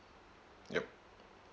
yup